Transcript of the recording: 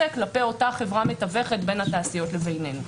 כלפי אותה חברה מתווכת בין התעשיות לבינינו,